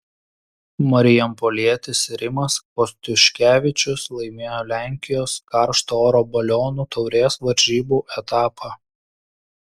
marijampolietis rimas kostiuškevičius laimėjo lenkijos karšto oro balionų taurės varžybų etapą